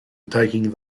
taking